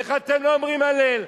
איך אתם לא אומרים "הלל"?